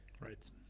Right